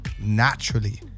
naturally